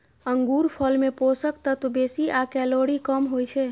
अंगूरफल मे पोषक तत्व बेसी आ कैलोरी कम होइ छै